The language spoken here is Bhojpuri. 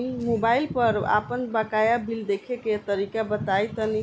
मोबाइल पर आपन बाकाया बिल देखे के तरीका बताईं तनि?